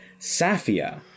Safia